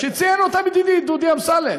שציין אותם ידידי דודי אמסלם,